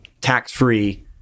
tax-free